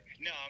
no